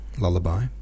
lullaby